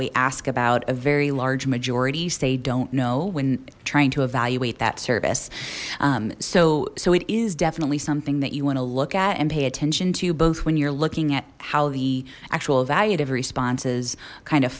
we ask about a very large majority say don't know when trying to evaluate that service so so it is definitely something that you want to look at and pay attention to both when you're looking at how the actual evaluative responses kind of